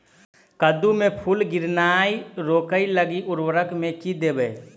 कद्दू मे फूल गिरनाय रोकय लागि उर्वरक मे की देबै?